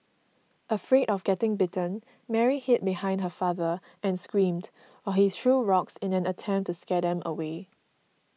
afraid of getting bitten Mary hid behind her father and screamed while he threw rocks in an attempt to scare them away